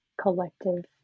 collective